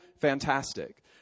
fantastic